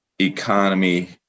economy